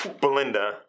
Belinda